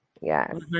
Yes